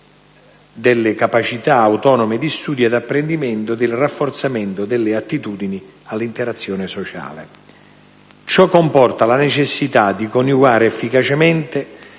delle capacità autonome di studio ed apprendimento ed il rafforzamento delle attitudini all'interazione sociale. Ciò comporta la necessità di coniugare efficacemente